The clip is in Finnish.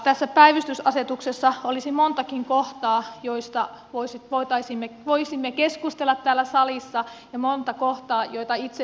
tässä päivystysasetuksessa olisi montakin kohtaa joista voisimme keskustella täällä salissa ja monta kohtaa joita itse muuttaisin